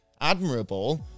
admirable